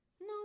no